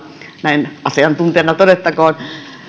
näin asiantuntijana todettakoon